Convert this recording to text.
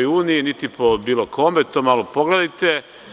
EU, niti po bilo kome, to malo pogledajte.